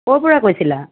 ক'ৰ পৰা কৈছিলা